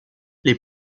les